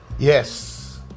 Yes